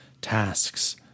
tasks